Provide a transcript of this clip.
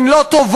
הן לא טובות,